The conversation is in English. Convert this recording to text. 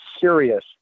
serious